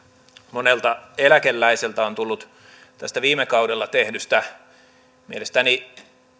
monelta eläkeläiseltä on tullut tästä viime kaudella tehdystä mielestäni